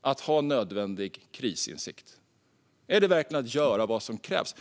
att ha nödvändig krisinsikt? Är det verkligen att göra vad som krävs?